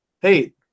hey